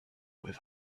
with